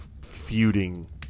feuding